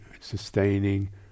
sustaining